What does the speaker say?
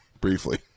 Briefly